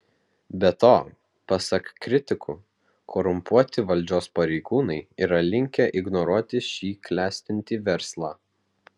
be to pasak kritikų korumpuoti valdžios pareigūnai yra linkę ignoruoti šį klestintį verslą